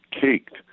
caked